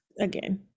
again